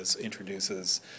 introduces